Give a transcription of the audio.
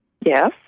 Yes